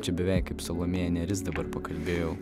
čia beveik kaip salomėja nėris dabar pakalbėjau